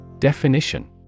Definition